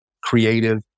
creative